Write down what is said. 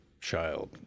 child